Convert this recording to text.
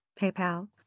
PayPal